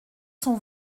son